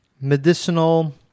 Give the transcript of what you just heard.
medicinal